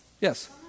Yes